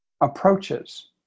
approaches